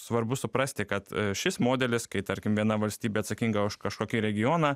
svarbu suprasti kad šis modelis kai tarkim viena valstybė atsakinga už kažkokį regioną